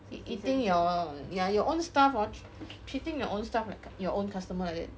it eating your ya your own staff hor treat treating your own stuff like your own customer like that